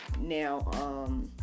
Now